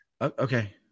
Okay